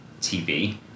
TV